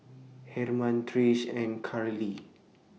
Hermann Trish and Curley